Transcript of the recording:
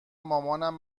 مامانم